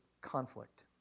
conflict